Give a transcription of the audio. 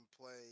play